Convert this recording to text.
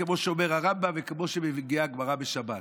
כמו שאומר הרמב"ם וכמו שמביאה הגמרא בשבת.